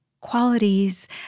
qualities